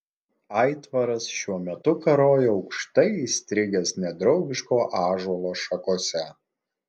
aitvaras šiuo metu karojo aukštai įstrigęs nedraugiško ąžuolo šakose